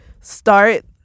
start